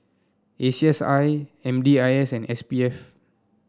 A C S I M D I S and S P F